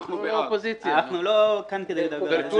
אנחנו לא כאן כדי לדבר על זה.